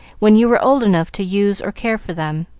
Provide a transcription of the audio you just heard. when you were old enough to use or care for them.